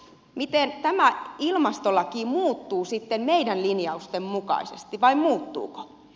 miten tämä ilmastolaki muuttuu sitten meidän linjaustemme mukaisesti vai muuttuuko